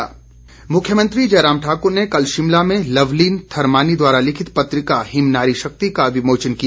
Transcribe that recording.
विमोचन मुख्यमंत्री जयराम ठाकुर ने कल शिमला में लवलीन थर्मानी द्वारा लिखित पत्रिका हिम नारी शक्ति का विमोचन किया